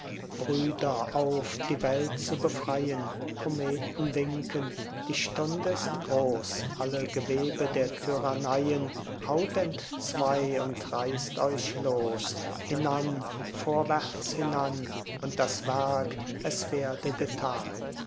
brüder auf die welt zu befreien kometen winken die stund ist groß alle gewebe der tyranneien haut entzwei und reißt euch los hinan vorwärts hinan und das werk es werde getan